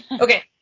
okay